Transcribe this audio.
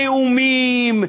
תיאומים,